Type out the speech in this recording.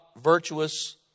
virtuous